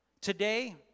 Today